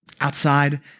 outside